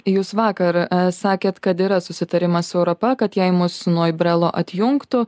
jūs vakar sakėt kad yra susitarimas su europa kad jei mus nuo brelo atjungtų